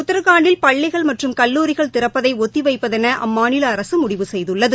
உத்ரகாண்டில் பள்ளிகள் மற்றும் கல்லூரிகள் திறப்பதைஒத்திவைப்பதெனஅம்மாநிலஅரசுமுடிவு செய்துள்ளது